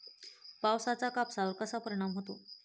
पावसाचा कापसावर कसा परिणाम होतो?